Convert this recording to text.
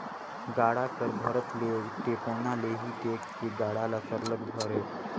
गाड़ा कर भरत ले टेकोना ले ही टेक के गाड़ा ल सरलग भरे